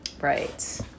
Right